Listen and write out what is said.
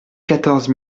quatorze